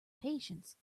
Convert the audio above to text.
patience